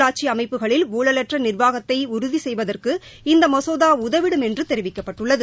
உள்ளாட்சி அமைப்புகளில் ஊழலற்ற நிர்வாகத்தை உறுதி செய்வதற்கு இந்த மசோதா உதவிடும் என்று தெரிவிக்கப்பட்டுள்ளது